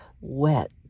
wet